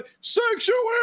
sanctuary